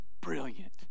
brilliant